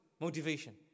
motivation